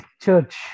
Church